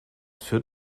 führt